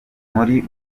muri